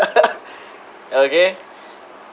okay